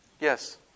Yes